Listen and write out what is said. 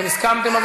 אתם הסכמתם,